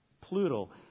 plural